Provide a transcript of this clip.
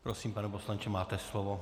Prosím, pane poslanče, máte slovo.